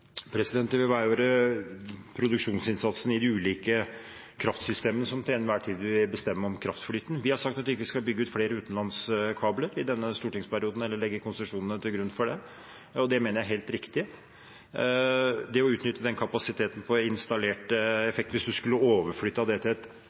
Det vil være produksjonsinnsatsen i de ulike kraftsystemene som til enhver tid bestemmer kraftflyten. Vi har sagt at vi ikke skal bygge ut flere utenlandskabler i denne stortingsperioden eller ha konsesjoner som legger et grunnlag for det. Det mener jeg er helt riktig. Å utnytte kapasiteten på installert